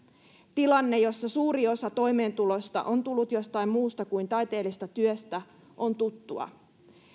tilanne jossa suuri osa toimeentulosta on tullut jostain muusta kuin taiteellisesta työstä on tuttua